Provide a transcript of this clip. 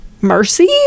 mercy